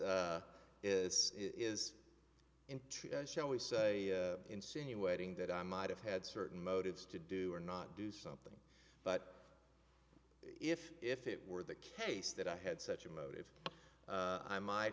is is is into shall we say insinuating that i might have had certain motives to do or not do something but if if it were the case that i had such a motive i might